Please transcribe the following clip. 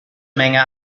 menge